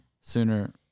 Sooner